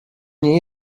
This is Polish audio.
nie